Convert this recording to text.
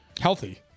Healthy